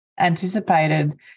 anticipated